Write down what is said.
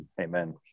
amen